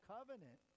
Covenant